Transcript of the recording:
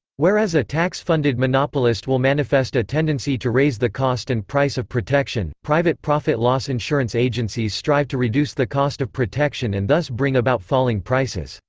whereas a tax-funded monopolist will manifest a tendency to raise the cost and price of protection, private profit-loss insurance agencies strive to reduce the cost of protection and thus bring about falling prices.